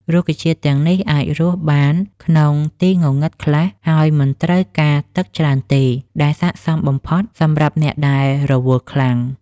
រុក្ខជាតិទាំងនេះអាចរស់បានក្នុងទីងងឹតខ្លះ ហើយមិនត្រូវការទឹកច្រើនទេ ដែលស័ក្តិសមបំផុតសម្រាប់អ្នកដែលរវល់ខ្លាំង។